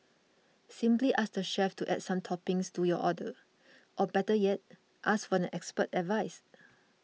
simply ask the chef to add some toppings to your order or better yet ask for the expert's advice